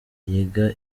yiga